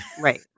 Right